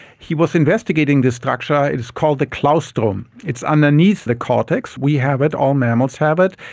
he was investigating this structure, is called the claustrum, it's underneath the cortex, we have it, all mammals have it.